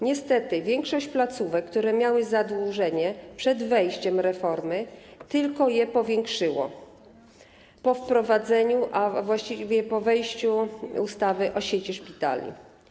Niestety większość placówek, które miały zadłużenie przed wejściem reformy, tylko je powiększyła po wprowadzeniu, a właściwie po wejściu ustawy o sieci szpitali.